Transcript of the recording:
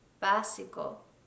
básico